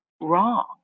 wrong